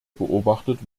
beobachtet